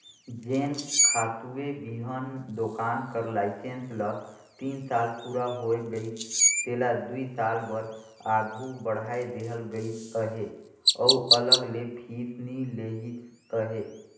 जेन खातूए बीहन दोकान कर लाइसेंस ल तीन साल पूरा होए गइस तेला दुई साल बर आघु बढ़ाए देहल गइस अहे अउ अलग ले फीस नी लेहिस अहे